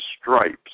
stripes